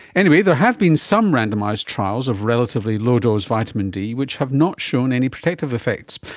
anyway, there have been some randomised trials of relatively low dose vitamin d which have not shown any protective effects,